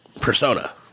persona